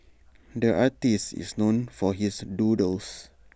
the artist is known for his doodles